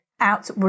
Out